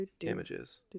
Images